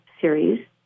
series